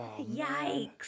Yikes